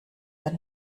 wenn